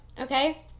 Okay